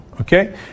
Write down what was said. Okay